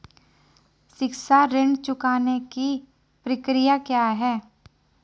शिक्षा ऋण चुकाने की प्रक्रिया क्या है?